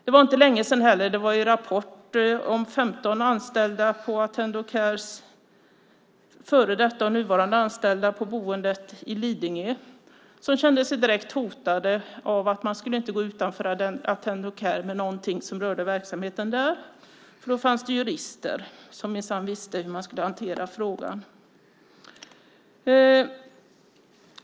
Det var inte heller länge sedan Rapport hade ett inslag om 15 före detta anställda och anställda på Attendo Cares boende i Lidingö som kände sig direkt hotade. De skulle inte gå utanför Attendo Care med någonting som rörde verksamheten där. Då fanns det jurister som minsann visste hur man skulle hantera frågan.